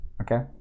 okay